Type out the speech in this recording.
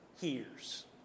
hears